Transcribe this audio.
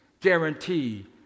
guarantee